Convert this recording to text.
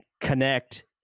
connect